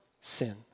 sin